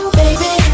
baby